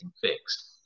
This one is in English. fixed